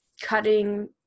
cutting